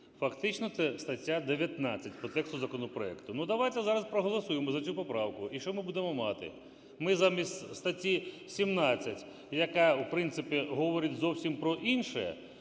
Фактично, це стаття 19 по тексту законопроекту. Давайте зараз проголосуємо за цю поправку. І що ми будемо мати? Ми замість статті 17, яка в принципі говорить зовсім про інше,